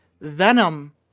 Venom